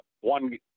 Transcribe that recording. one